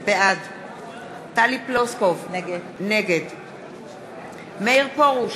בעד טלי פלוסקוב, נגד מאיר פרוש,